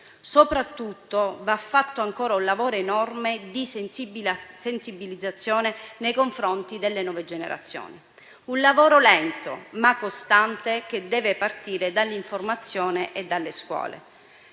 Soprattutto, va fatto ancora un lavoro enorme di sensibilizzazione nei confronti delle nuove generazioni: un lavoro lento, ma costante che deve partire dall'informazione e dalle scuole.